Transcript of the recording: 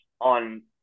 on